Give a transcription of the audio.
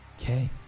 okay